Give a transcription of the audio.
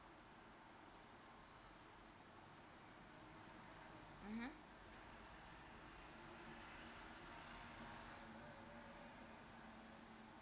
mmhmm